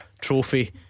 trophy